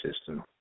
system